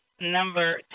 number